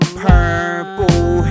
purple